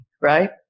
right